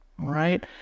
right